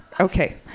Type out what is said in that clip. Okay